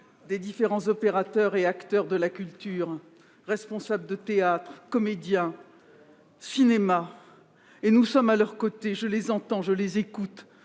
des différents opérateurs et acteurs de la culture, responsables de théâtres, de cinémas, comédiens ; nous sommes à leurs côtés. Je les entends, je les écoute